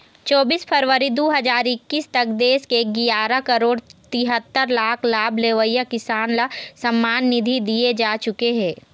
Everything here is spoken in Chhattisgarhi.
चोबीस फरवरी दू हजार एक्कीस तक देश के गियारा करोड़ तिहत्तर लाख लाभ लेवइया किसान ल सम्मान निधि दिए जा चुके हे